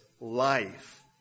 life